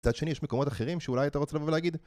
מצד שני יש מקומות אחרים שאולי אתה רוצה לבוא ולהגיד